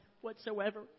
whatsoever